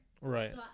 Right